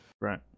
right